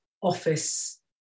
office